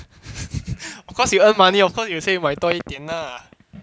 of course you earn money of course you will say 买多一点 lah